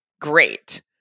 great